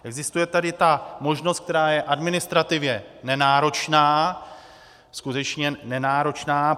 Existuje tady ta možnost, která je administrativně nenáročná, skutečně nenáročná.